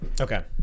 okay